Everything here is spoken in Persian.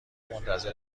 منتظر